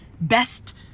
best